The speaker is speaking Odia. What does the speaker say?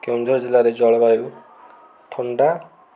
କେଉଁଝର ଜିଲ୍ଲାରେ ଜଳବାୟୁ ଥଣ୍ଡା